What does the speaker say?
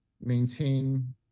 maintain